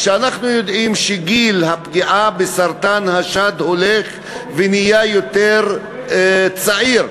אנחנו יודעים שגיל הפגיעה בסרטן השד הולך ונהיה יותר צעיר.